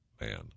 man